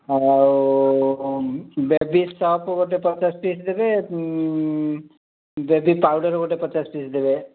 ଆଉ baby soap ଗୋଟେ ପଚାଶ ପିସ୍ ଦେବେ ବେବି ପାଉଡ଼ର୍ ଗୋଟେ ପଚାଶ ପିସ୍ ଦେବେ